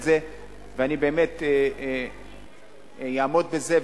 ואני באמת אעמוד בזה.